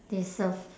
they serve